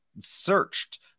searched